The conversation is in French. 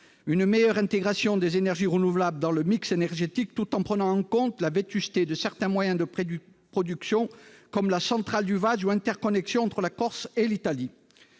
une meilleure intégration des énergies renouvelables dans le énergétique, tout en prenant en compte la vétusté de certains moyens de production, comme la centrale du Vazzio, et l'interconnexion entre la Corse et l'Italie.